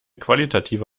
qualitative